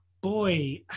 Boy